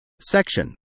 Section